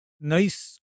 nice